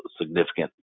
significant